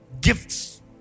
Gifts